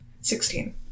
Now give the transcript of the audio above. Sixteen